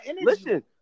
Listen